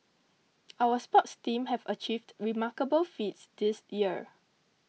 our sports team have achieved remarkable feats this year